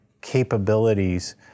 capabilities